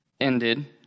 ended